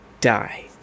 die